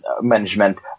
management